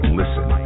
listen